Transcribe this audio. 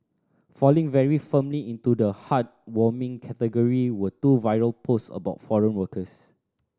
falling very firmly into the heartwarming category were two viral posts about foreign workers